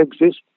exist